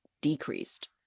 decreased